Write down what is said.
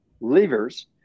levers